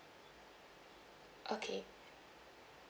okay